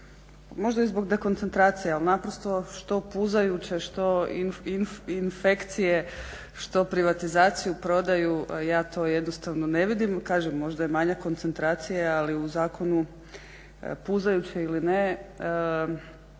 možda i zbog dekoncentracije a naprosto što puzajuće, što infekcije, što privatizaciju, prodaju ja to jednostavno ne vidim. Kažem možda je manjak koncentracije ali u zakonu puzajuće ili ne